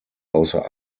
außer